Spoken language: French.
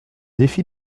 défi